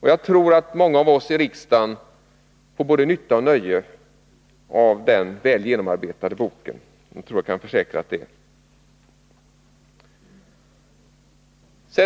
Jag tror att jag kan försäkra att många av oss i riksdagen får både nytta och nöje av den väl genomarbetade boken. Det